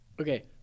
Okay